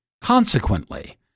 Consequently